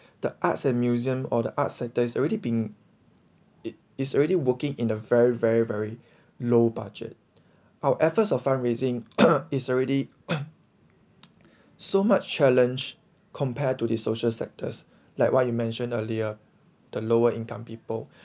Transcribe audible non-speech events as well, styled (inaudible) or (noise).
the arts and museum or the arts centre is already being it is already working in a very very very low budget our efforts of fund raising (coughs) is already (coughs) so much challenge compare to the social sectors like what you mentioned earlier the lower-income people